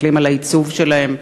מסתכלים על העיצוב שלהם,